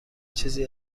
چیزی